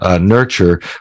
nurture